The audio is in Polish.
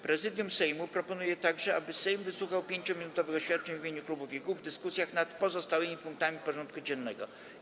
Prezydium Sejmu proponuje także, aby Sejm wysłuchał 5-minutowych oświadczeń w imieniu klubów i kół w dyskusjach nad pozostałymi punktami porządku dziennego.